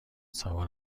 سوار